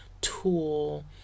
tool